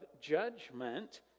judgment